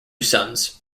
sons